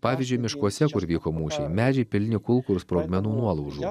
pavyzdžiui miškuose kur vyko mūšiai medžiai pilni kulkų ir sprogmenų nuolaužų